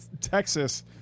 Texas